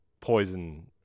poison